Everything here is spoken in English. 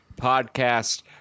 podcast